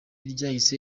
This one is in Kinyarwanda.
ryahise